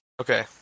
Okay